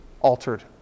altered